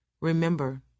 remember